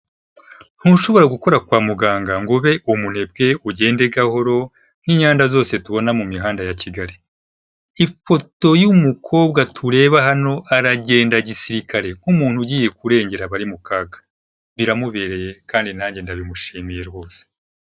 Ntushobora gukora kwa muganga ngo ube umunebwe, ugende gahoro n'inyanda zose tubona mu mihanda ya Kigali. Ifoto y'umukobwa tureba hano aragenda gisirikare nk'umuntu ugiye kurengera abari mu kaga. Biramubereye kandi nanjye ndabimushimiye rwose.